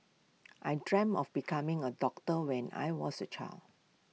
I dreamt of becoming A doctor when I was A child